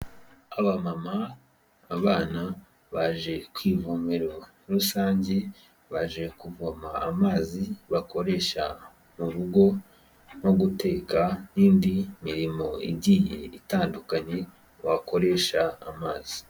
Abamama, abana baje kwivomero rusange baje kuvoma amazi bakoresha mu rugo no guteka n'indi mirimo itandukanye bakoresha amazi.